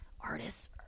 artists